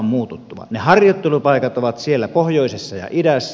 ne harjoittelupaikat ovat siellä pohjoisessa ja idässä